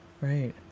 right